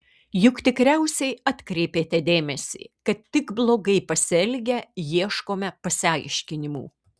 juk tikriausiai atkreipėte dėmesį kad tik blogai pasielgę ieškome pasiaiškinimų